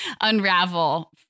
unravel